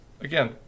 Again